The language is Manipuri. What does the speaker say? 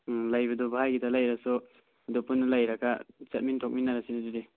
ꯎꯝ ꯂꯩꯕꯗꯨ ꯚꯥꯏꯒꯤꯗ ꯂꯩꯔꯁꯨ ꯑꯗꯨ ꯄꯨꯟꯅ ꯂꯩꯔꯒ ꯆꯠꯃꯤꯟ ꯊꯣꯛꯃꯤꯟꯅꯔꯁꯤ ꯑꯗꯨꯗꯤ